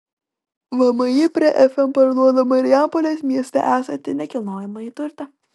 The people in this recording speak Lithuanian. vmi prie fm parduoda marijampolės mieste esantį nekilnojamąjį turtą